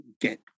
get